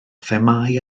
themâu